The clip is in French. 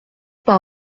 par